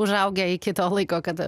užaugę iki to laiko kad